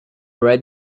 red